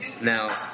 Now